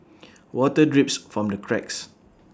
water drips from the cracks